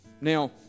Now